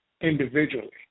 individually